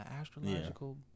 astrological